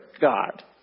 God